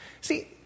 See